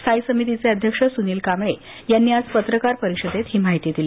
स्थायी समितीचे अध्यक्ष सुनिल कांबळे यांनी आज पत्रकार परिषदेत ही माहिती दिली